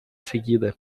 seguida